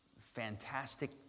...fantastic